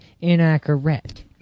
inaccurate